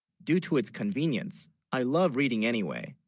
due to its convenience i love reading anyway